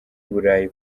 burayi